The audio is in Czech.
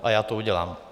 A já to udělám.